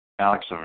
Alex